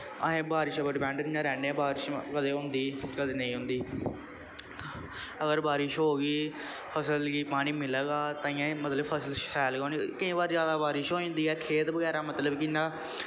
असें बारिश पर डिपैंड रैह्न्ने बारिश कदें होंदी कदें नेईं होंदी अगर बारिश होगी फसल गी पानी मिलेगा ताइयें मतलब फसल शैल गै होनी केईं बारी जादा बारिश होई जंदी ऐ खेत बगैरा मतलब कि इ'यां